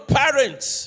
parents